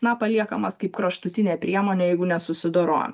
na paliekamas kaip kraštutinė priemonė jeigu nesusidorojam